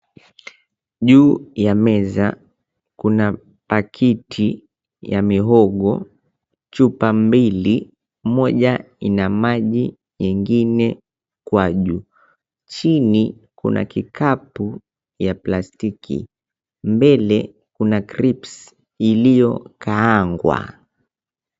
Juu ya meza kuna pakiti ya mihogo, chupa mbili moja ina maji, nyengine ukwaju. Chini kuna kikapu ya plastiki, mbele kuna crips iliokaangwa.